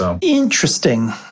Interesting